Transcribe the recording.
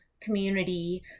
community